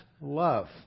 love